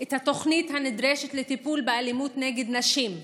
את התוכנית הנדרשת לטיפול באלימות נגד נשים.